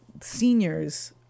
seniors